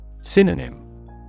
Synonym